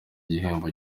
gihembo